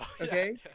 Okay